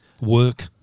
work